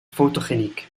fotogeniek